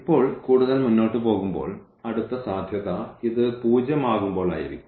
ഇപ്പോൾ കൂടുതൽ മുന്നോട്ട് പോകുമ്പോൾ അടുത്ത സാധ്യത ഇത് 0 ആകുമ്പോൾ ആയിരിക്കും